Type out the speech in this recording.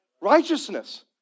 Righteousness